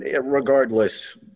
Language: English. regardless